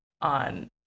on